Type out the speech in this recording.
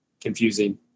confusing